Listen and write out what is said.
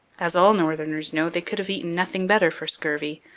as all northerners know, they could have eaten nothing better for scurvy.